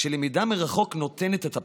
שלמידה מרחוק נותנת את הפתרון.